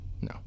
No